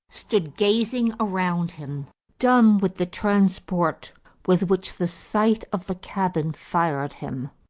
stood gazing around him dumb with the transport with which the sight of the cabin fired him.